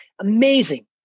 Amazing